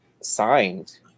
signed